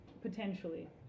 potentially